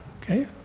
Okay